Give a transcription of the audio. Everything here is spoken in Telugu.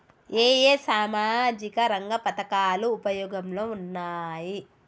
ఏ ఏ సామాజిక రంగ పథకాలు ఉపయోగంలో ఉన్నాయి?